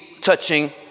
touching